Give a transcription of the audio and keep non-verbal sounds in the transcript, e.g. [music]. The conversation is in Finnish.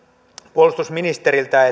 puolustusministeriltä [unintelligible]